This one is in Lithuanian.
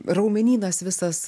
raumenynas visas